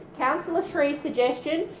councillor sri's suggestion.